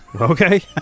Okay